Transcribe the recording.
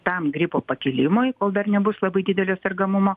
tam gripo pakilimui kol dar nebus labai didelio sergamumo